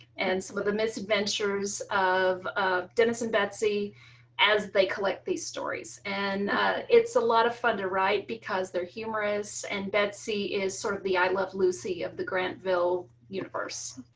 and some of the misadventures of of denison betsy as they collect these stories and it's a lot of fun to write because they're humorous and betsy is sort of the i love lucy of the granville universe.